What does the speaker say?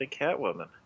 Catwoman